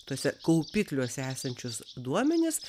tuose kaupikliuose esančius duomenis